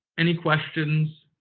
any questions?